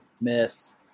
Miss